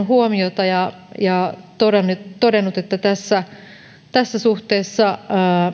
huomiota ja ja todennut että tässä tässä suhteessa